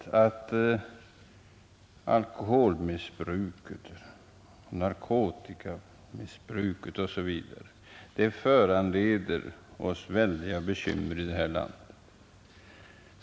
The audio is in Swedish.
Herr talman! Det är alldeles riktigt att alkoholmissbruket, narkotikamissbruket osv. förorsakar oss väldiga bekymmer i detta land.